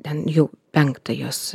ten jau penktą jos